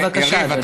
בבקשה, אדוני.